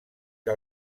que